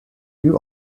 view